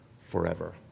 forever